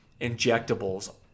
injectables